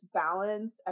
balance